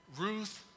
Ruth